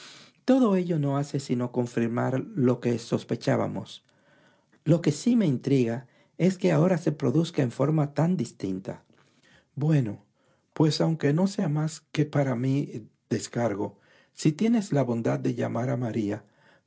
todo ello no hace sino confirmar lo que sospechábamos lo que sí me intriga es que ahora se produzca en forma tav distinta bueno pues aunque no sea más que para mi descargo si tienes la bondad de llamar a maría